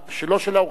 לא של האורחים,